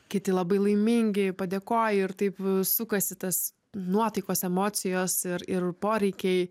kiti labai laimingi padėkoja ir taip sukasi tas nuotaikos emocijos ir ir poreikiai